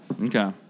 Okay